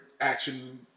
action